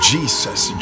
Jesus